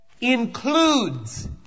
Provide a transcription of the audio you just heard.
includes